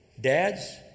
Dads